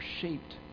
shaped